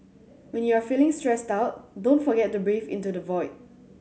when you are feeling stressed out don't forget to breathe into the void